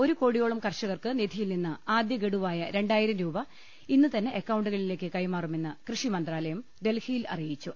ഒരുകോടിയോളം കർഷകർക്ക് നിധിയിൽ നിന്ന് ആദ്യ ഗഡുവായ രണ്ടായിരം രൂപ ഇന്നുതന്നെ അക്കൌണ്ടുകളിലേക്ക് കൈമാറുമെന്ന് കൃഷി മന്ത്രാലയം ഡൽഹിയിൽ അറിയിച്ചു